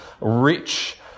rich